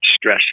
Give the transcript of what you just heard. stress